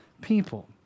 people